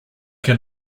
can